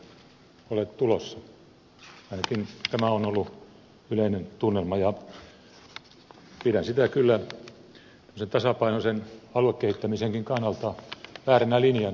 ainakin tämä on ollut yleinen tunnelma ja pidän sitä kyllä tasapainoisen aluekehittämisenkin kannalta vääränä linjana